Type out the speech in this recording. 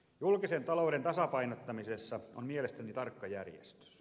julkisen talouden tasapainottamisessa on mielestäni tarkka järjestys